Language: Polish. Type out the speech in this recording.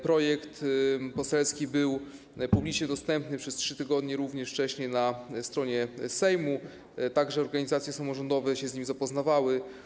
Projekt poselski był publicznie dostępny przez 3 tygodnie również na stronie Sejmu, także organizacje samorządowe się z nim zapoznawały.